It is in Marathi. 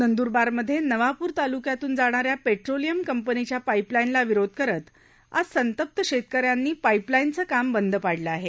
नंदुरबारमध्ये नवापुर तालुक्यातुन जाणा या पेट्रोलक्ष्म कंपनच्या पाईपलाईनला विरोध करत आज संतप्त शेतक यांनक्ष पाईपलाईनचं काम बंद पाडलं आहे